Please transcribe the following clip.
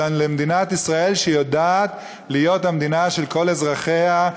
אלא למדינת ישראל שיודעת להיות המדינה של כל אזרחיה,